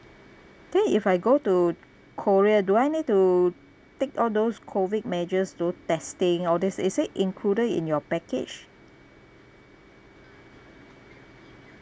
then if I go to korea do I need to take all those COVID measures do testing all this is it included in your package